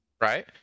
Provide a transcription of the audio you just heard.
right